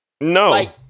No